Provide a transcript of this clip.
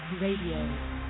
Radio